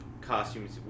costumes